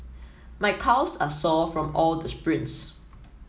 my calves are sore from all the sprints